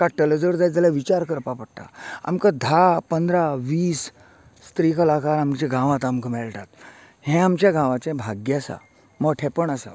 काडटलो जर जायत जाल्यार विचार करपा पडटा आमकां धा पंदरा वीस स्त्री कलाकार आमच्या गांवांत आमकां मेळटात हे आमच्या गांवाचे भाग्य आसा मोठेपण आसा